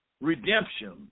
redemption